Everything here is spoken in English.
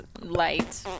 light